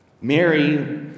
Mary